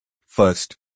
First